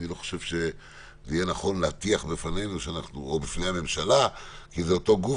ולא נכון להטיח בפנינו או בפני הממשלה כי זה גוף